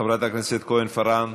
חברת הכנסת כהן-פארן,